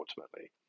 ultimately